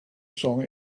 song